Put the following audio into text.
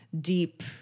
deep